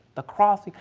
the cross.